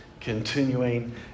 continuing